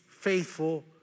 faithful